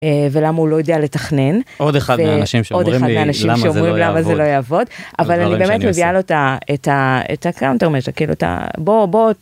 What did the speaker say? ולמה הוא לא יודע לתכנן עוד אחד מהאנשים שאומרים למה זה לא יעבוד. אבל אני באמת מביאה לו את הקאונטר מז׳ר, כאילו את ה... בוא בוא.